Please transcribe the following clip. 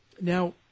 now